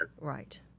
right